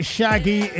Shaggy